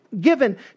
given